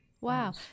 Wow